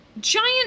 giant